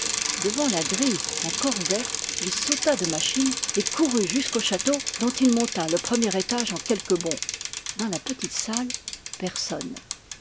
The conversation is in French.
devant la grille encore ouverte il sauta de machine et courut jusqu'au château dont il monta le premier étage en quelques bonds dans la petite salle personne